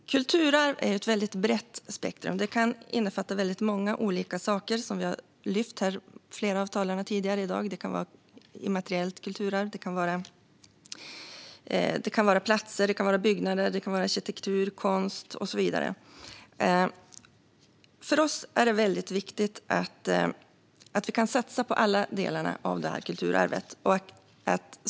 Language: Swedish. Fru talman! Kulturarv är ett mycket brett spektrum. Det kan innefatta väldigt många olika saker, som flera av talarna tidigare i dag har lyft fram. Det kan vara immateriellt kulturarv, platser, byggnader, arkitektur, konst och så vidare. För oss är det väldigt viktigt att vi kan satsa på alla delarna av kulturarvet.